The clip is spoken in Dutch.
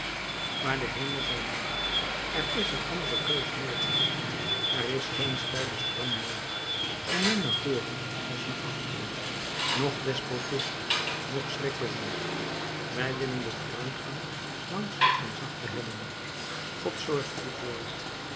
maar de hemel zij dank er is een andere keus mogelijk er is geen steile sprong noodig zoomin naar voren als naar achteren noch despotisme noch schrikbewind wij willen den vooruitgang langs een zachte helling god zorgt hiervoor